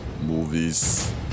movies